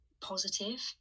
positive